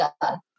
done